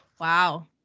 Wow